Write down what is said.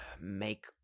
make